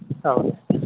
औ दे